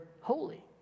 holy